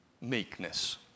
Meekness